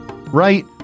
right